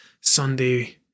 Sunday